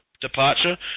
departure